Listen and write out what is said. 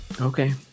Okay